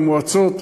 המועצות,